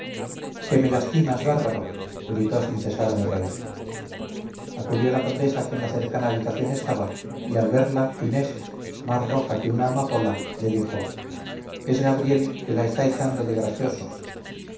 que me lastimas bárbaro gritó sin cesar de reír acudió la condesa que en la cercana habitación estaba y al verla inés más roja que una amapola le dijo es gabriel que la está echando de gracioso